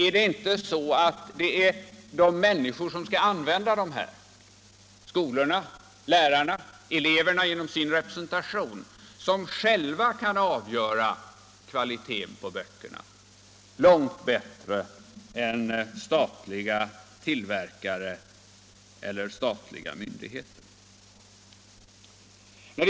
Kan inte de människor som skall använda läromedlen — skolorna, lärarna, eleverna genom sin representation — själva avgöra kvaliteten på böckerna långt bättre än statliga tillverkare eller statliga myndigheter?